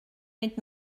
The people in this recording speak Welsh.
mynd